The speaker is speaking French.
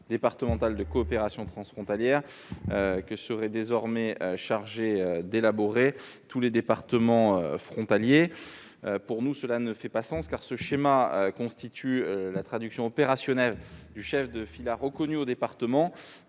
départemental de coopération transfrontalière que seraient désormais chargés d'élaborer tous les départements frontaliers. Cela ne semble pas, selon nous, faire sens, car ce schéma constitue la traduction opérationnelle du chef de filât reconnu aux départements